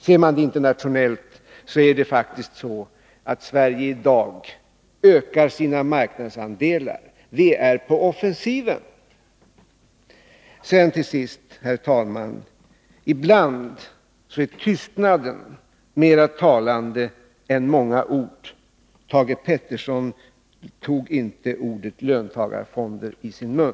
Ser man det internationellt, är det faktiskt så att Sverige i Åtgärder för de dag ökar sina marknadsandelar. Vi är på offensiven. Sedan till sist, herr talman! Ibland är tystnaden mera talande än många ord. Thage Peterson tog inte ordet löntagarfonder i sin mun.